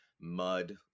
mud